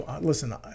listen